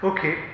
Okay